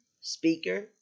speaker